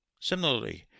Similarly